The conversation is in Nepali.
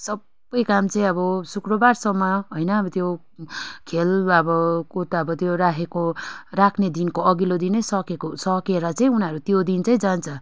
सबै काम चाहिँ अब शुक्रवारसम्म होइन अब त्यो खेल अब कुद अब त्यो राखेको राख्ने दिनको अघिल्लै दिनै सकेको सकेर चाहिँ उनीहरू त्यो दिन चाहिँ जान्छ